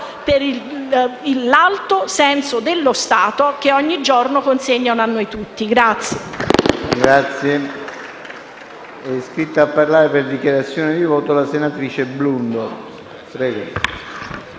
per l'alto senso dello Stato che ogni giorno consegnano a noi tutti.